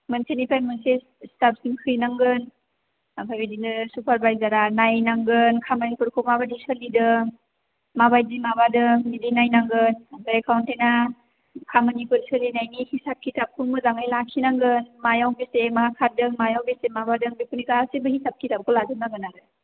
मोनसेनिफ्राय मोनसे हिसाब हैनांगोन ओमफ्राय बिदिनो सुपारभाइजारा नायनांगोन खामानिफोरखौ माबायदि सोलिदों माबायदि माबादों बिदि नायनांगोन ओमफ्राय एकाउन्टेन्थआ खामानिफोर सोलिनायनि हिसाब खिथाबखौ मोजाङै लाखिनांगोन मायाव बेसे मा खारदों मायाव बेसे माबादों बेफोरनि गासैनिबो हिसाब खिथाबखौ लाजोबनांगोन आरो